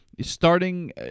starting